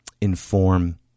inform